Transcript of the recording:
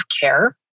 care